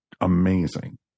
amazing